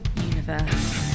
universe